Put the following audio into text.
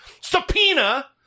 Subpoena